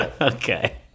Okay